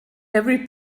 every